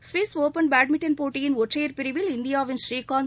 Swiss Open badminton போட்டியின் ஒற்றையர் பிரிவில் இந்தியாவின் ஸ்ரீகாந்த்